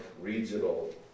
regional